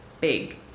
big